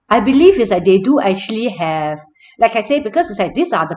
I believe it's like they do actually have like I say because it's like these are the